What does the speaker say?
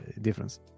difference